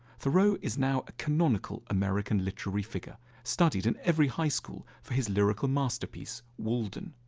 thoreau is now a canonical american literary figure, studied in every high school for his lyrical masterpiece, walden.